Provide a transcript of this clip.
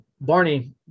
Barney